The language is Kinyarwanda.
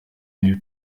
niwe